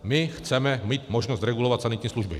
My chceme mít možnost regulovat sanitní služby.